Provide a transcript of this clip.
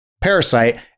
Parasite